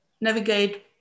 navigate